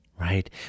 right